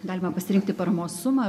galima pasirinkti paramos sumą